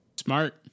Smart